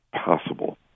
possible